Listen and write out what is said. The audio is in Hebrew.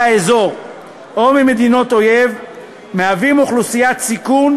האזור או ממדינות אויב היא אוכלוסיית סיכון,